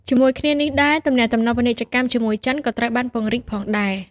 ជាមួយគ្នានេះ ទំនាក់ទំនងពាណិជ្ជកម្មជាមួយ ចិន ក៏ត្រូវបានពង្រីកផងដែរ។